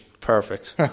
perfect